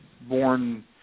born